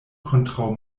kontraŭ